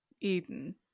Eden